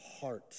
heart